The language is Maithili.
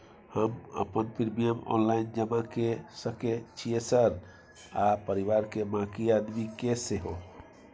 हम अपन प्रीमियम ऑनलाइन जमा के सके छियै सर आ परिवार के बाँकी आदमी के सेहो?